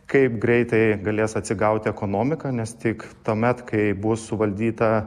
kaip greitai galės atsigauti ekonomika nes tik tuomet kai bus suvaldyta